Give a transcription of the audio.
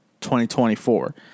2024